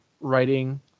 writing